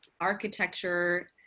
architecture